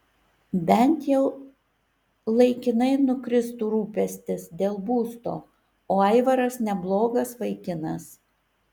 bent jau laikinai nukristų rūpestis dėl būsto o aivaras neblogas vaikinas